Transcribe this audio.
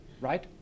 right